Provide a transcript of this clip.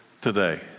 today